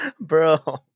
bro